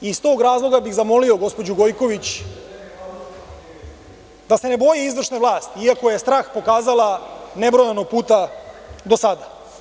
Iz tog razloga bih zamolio gospođu Gojković da se ne boji izvršne vlasti, iako je strah pokazala nebrojano puta do sada.